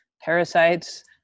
parasites